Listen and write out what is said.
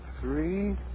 three